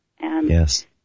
Yes